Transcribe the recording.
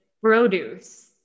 produce